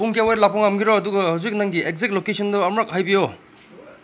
ꯄꯨꯡ ꯀꯌꯥꯋꯥꯏ ꯂꯥꯛꯄ ꯉꯝꯒꯦꯔꯣ ꯑꯗꯨꯒ ꯍꯧꯖꯤꯛ ꯅꯪꯒꯤ ꯑꯦꯛꯖꯦꯛ ꯂꯣꯀꯦꯁꯟꯗꯣ ꯑꯃꯔꯛ ꯍꯥꯏꯕꯤꯌꯣ